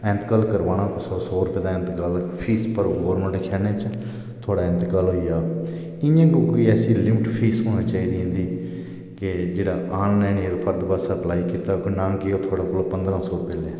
इंतकाल करवाना सौ रपेऽ दा इंतकाल फीस भरो गौरमैंट खजाने च कि थुआढ़ा इंतकाल होइया इंया गै कोई फिक्स फीस होना चाही दी इंदी कि जिस आम बंदे नै फर्द गितै अप्लाई कीते दा ओह् थुआढ़े कोला पंदरां सौ रपेआ लैन